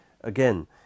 Again